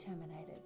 terminated